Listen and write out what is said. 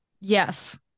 Yes